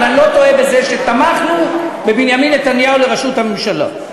אבל אני לא טועה בזה שתמכנו בבנימין נתניהו לראשות הממשלה.